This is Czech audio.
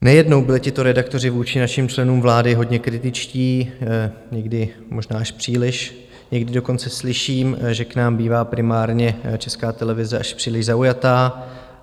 Nejednou byli tito redaktoři vůči našim členům vlády hodně kritičtí, někdy možná až příliš, někdy dokonce slyším, že k nám bývá primárně Česká televize až příliš zaujatá.